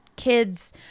Kids